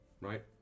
right